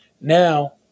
now